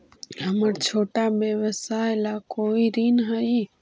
हमर छोटा व्यवसाय ला कोई ऋण हई?